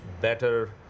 better